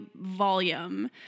volume